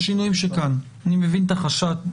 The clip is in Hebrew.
הופכת את הוראת השעה להוראת קבע,